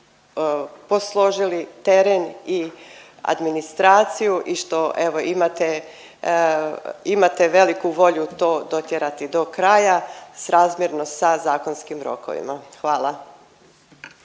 posložili teren i administraciju i što evo imate, imate veliku volju to dotjerati do kraja s razmjerno sa zakonskim rokovima, hvala.